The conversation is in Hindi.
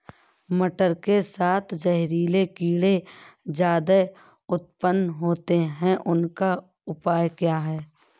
मटर के साथ जहरीले कीड़े ज्यादा उत्पन्न होते हैं इनका उपाय क्या है?